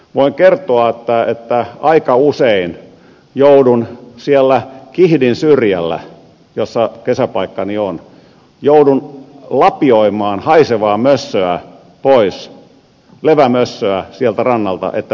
voin kertoa että aika usein joudun siellä kihdin syrjällä jossa kesäpaikkani on lapioimaan haisevaa levämössöä pois sieltä rannalta että pääsen uimaan